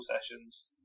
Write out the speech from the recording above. sessions